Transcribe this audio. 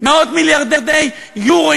מאות-מיליארדי יורו,